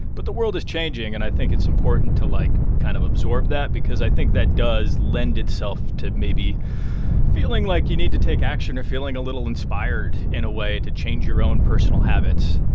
but the world is changing. and i think it's important to, like, kind of absorb that because i think that does lend itself to maybe feeling like you need to take action or feeling a little inspired in a way to change your own personal habits